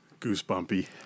Goosebumpy